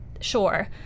sure